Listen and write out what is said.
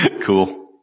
Cool